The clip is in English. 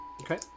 Okay